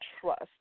trust